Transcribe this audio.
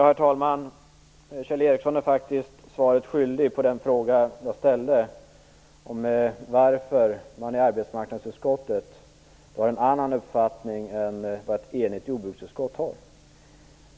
Herr talman! Kjell Ericsson är faktiskt svaret skyldig på den fråga jag ställde om varför man i arbetsmarknadsutskottet har en annan uppfattning än ett enigt jordbruksutskott.